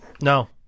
No